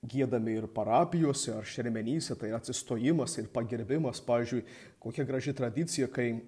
giedami ir parapijose ar šermenyse tai atsistojimas ir pagerbimas pavyzdžiui kokia graži tradicija kai